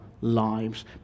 lives